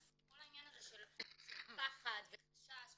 אז כל העניין של פחד וחשש וזה,